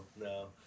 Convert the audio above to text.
No